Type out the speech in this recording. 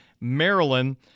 Maryland